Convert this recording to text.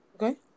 Okay